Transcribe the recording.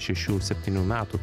šešių septynių metų